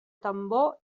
tambor